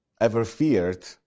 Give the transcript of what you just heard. ever-feared